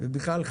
בכלל,